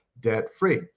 debt-free